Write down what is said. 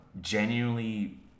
genuinely